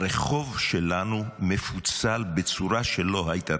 הרחוב שלנו מפוצל בצורה שלא הייתה.